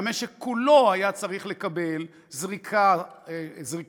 והמשק כולו היה צריך לקבל זריקת מרץ